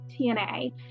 TNA